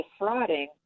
defrauding